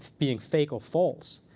being fake or false.